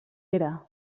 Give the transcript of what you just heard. era